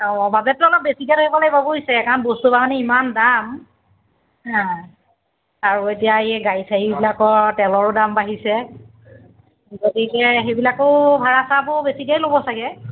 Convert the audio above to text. অঁ বাজেটটো অলপ বেছিকৈ ধৰিব লাগিব বুইছে কাৰণ বস্তু বাহানি ইমান দাম আৰু এতিয়া এই গাড়ী চাড়ীবিলাকৰ তেলৰো দাম বাঢ়িছে গতিকে সেইবিলাকো ভাড়া চাৰাবোৰ বেছিকেই ল'ব চাগে